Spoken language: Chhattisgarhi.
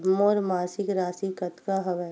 मोर मासिक राशि कतका हवय?